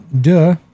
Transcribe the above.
duh